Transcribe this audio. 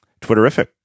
Twitterific